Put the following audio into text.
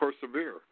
persevere